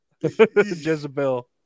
Jezebel